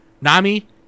Nami